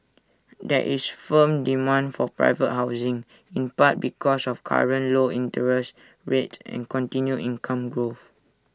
there is firm demand for private housing in part because of current low interest rates and continued income growth